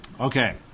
Okay